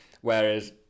whereas